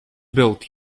built